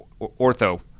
ortho